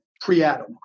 pre-Adam